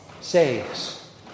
saves